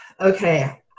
okay